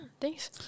Thanks